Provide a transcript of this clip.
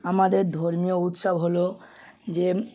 আমাদের ধর্মীয় উৎসব হলো যে